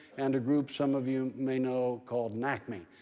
and a group some of you may know called nacme,